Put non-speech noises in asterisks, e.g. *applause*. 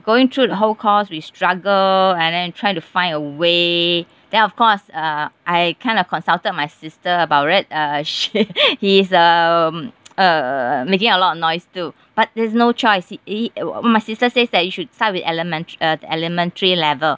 going through the whole course we struggle and then trying to find a way then of course uh I kind of consulted my sister about it uh she *laughs* she's um *noise* uh making a lot of noise too but there's no choice he he my sister says that you should start with element~ uh elementary level